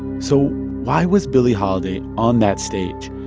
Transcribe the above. so why was billie holiday on that stage,